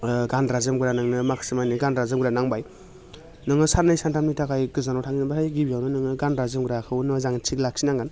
ओ गानग्रा जोमग्रा नोंनो माखासे मानि गानग्रा जोमग्रा नांबाय नोङो सानै सानथामनि थाखाय गोजानाव थाङोब्लाथाय गिबियावनो नोङो गानग्रा जोमग्राखौ मोजाङै थि लाखि नांगोन